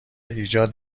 ایجاد